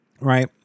right